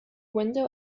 window